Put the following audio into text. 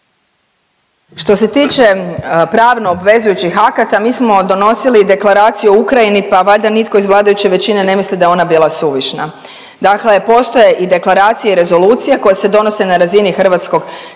Što se tiče pravno obvezujućih akata mi smo donosili Deklaraciju o Ukrajini pa valjda nitko iz vladajuće većine ne misli da je ona bila suvišna. Dakle, postoje i deklaracije i rezolucije koje se donose na razini HS-a,